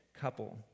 couple